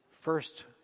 first